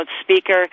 speaker